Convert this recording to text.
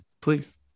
please